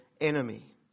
enemy